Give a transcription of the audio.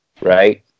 right